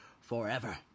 forever